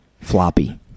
floppy